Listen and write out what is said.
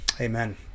Amen